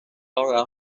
gorau